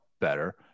better